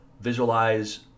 visualize